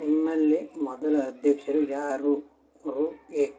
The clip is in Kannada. ನಿಮ್ಮಲ್ಲಿ ಮೊದಲ ಅಧ್ಯಕ್ಷರು ಯಾರು ರು ಎ